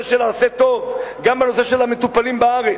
של ה"עשה טוב" גם בנושא של המטופלים בארץ.